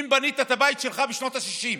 אם בנית את הבית שלך בשנות השישים